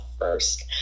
first